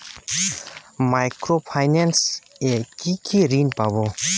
Micro finance এ কি কি ঋণ পাবো?